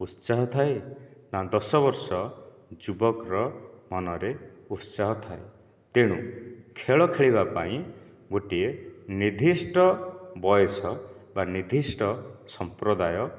ଉତ୍ସାହ ଥାଏ ନା ଦଶ ବର୍ଷର ଯୁବକର ମନରେ ଉତ୍ସାହ ଥାଏ ତେଣୁ ଖେଳ ଖେଳିବା ପାଇଁ ଗୋଟିଏ ନିର୍ଦ୍ଦିଷ୍ଟ ବୟସ ବା ନିର୍ଦ୍ଦିଷ୍ଟ ସମ୍ପ୍ରଦାୟ